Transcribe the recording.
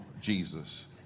Jesus